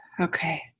Okay